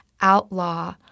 outlaw